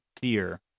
fear